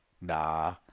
nah